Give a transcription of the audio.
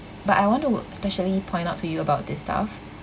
but I want to especially point out to you about this staff